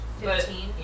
Fifteen